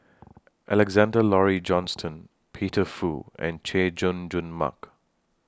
Alexander Laurie Johnston Peter Fu and Chay Jung Jun Mark